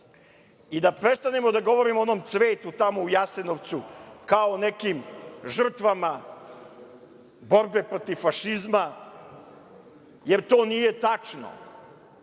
i da prestanemo da govorimo o onom cvetu tamo u Jasenovcu kao nekim žrtvama borbe protiv fašizma, jer to nije